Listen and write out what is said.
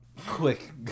quick